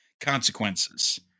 consequences